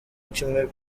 kimwe